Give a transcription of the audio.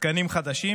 תקנים חדשים,